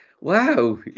Wow